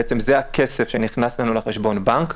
בעצם זה הכסף שנכנס לנו לחשבון הבנק.